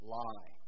lie